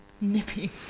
Nippy